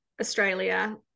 Australia